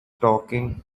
talking